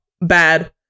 bad